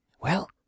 Well